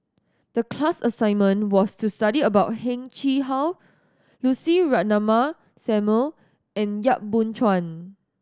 the class assignment was to study about Heng Chee How Lucy Ratnammah Samuel and Yap Boon Chuan